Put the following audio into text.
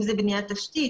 אם זה בניית תשתית,